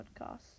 podcast